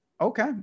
Okay